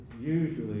usually